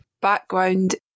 background